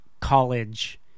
college